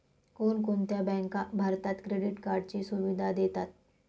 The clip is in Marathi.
कोणकोणत्या बँका भारतात क्रेडिट कार्डची सुविधा देतात?